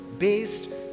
based